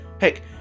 Heck